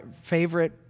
favorite